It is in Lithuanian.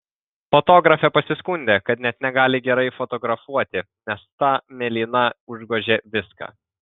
fotografė pasiskundė kad net negali gerai fotografuoti nes ta mėlyna užgožia viską